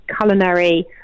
culinary